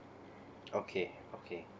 okay okay